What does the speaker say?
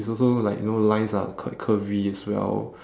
it's also like you know lines are quite curvy as well